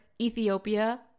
Ethiopia